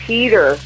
Peter